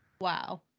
Wow